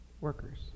workers